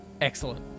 Excellent